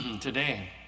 today